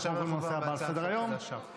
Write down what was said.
עכשיו, בהצעה שהתחילה עכשיו.